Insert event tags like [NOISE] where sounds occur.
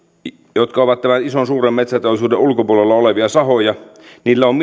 jotka ovat tämän suuren metsäteollisuuden ulkopuolella olevia sahoja on [UNINTELLIGIBLE]